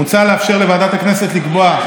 מוצע לאפשר לוועדת הכנסת לקבוע,